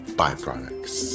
byproducts